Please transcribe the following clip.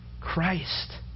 Christ